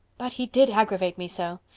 but he did aggravate me so.